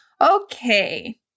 Okay